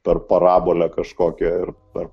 per parabolę kažkokią ir per